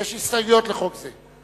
יש הסתייגויות לחוק זה.